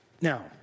Now